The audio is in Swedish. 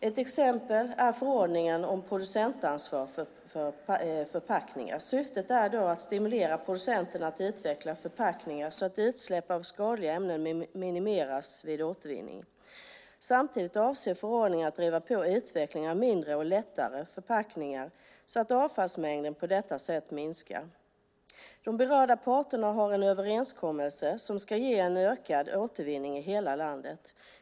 Ett exempel är förordningen om producentansvar för förpackningar. Syftet är att stimulera producenterna att utveckla förpackningar så att utsläpp av skadliga ämnen minimeras vid återvinning. Samtidigt avser förordningen att driva på utvecklingen av mindre och lättare förpackningar så att avfallsmängden på detta sätt minskar. De berörda parterna har en överenskommelse som ska ge en ökad återvinning i hela landet.